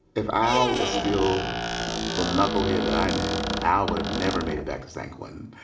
if al was still the knucklehead that i knew, al would have never made it back to san quentin.